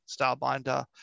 Starbinder